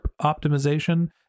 optimization